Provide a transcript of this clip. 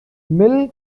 milk